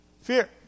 Fear